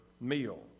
meal